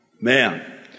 Man